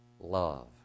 love